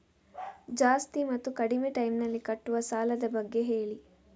ಜಾಸ್ತಿ ಮತ್ತು ಕಡಿಮೆ ಟೈಮ್ ನಲ್ಲಿ ಕಟ್ಟುವ ಸಾಲದ ಬಗ್ಗೆ ಹೇಳಿ